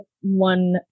one